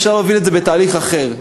אפשר להוביל את זה בתהליך אחר.